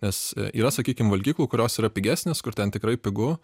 nes yra sakykim valgyklų kurios yra pigesnės kur ten tikrai pigu